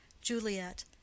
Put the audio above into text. Juliet